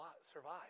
survive